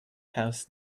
house